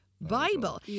Bible